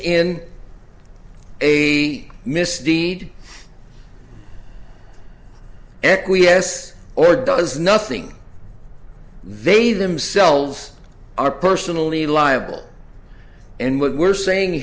in a misdeed acquiesce or does nothing they themselves are personally liable and what we're saying